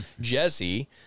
Jesse